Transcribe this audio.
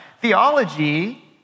Theology